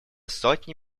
сотни